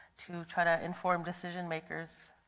to try to inform decision-makers,